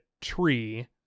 tree